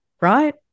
right